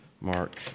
Mark